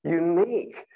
unique